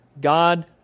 God